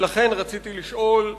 ולכן רציתי לשאול: